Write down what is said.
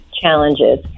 challenges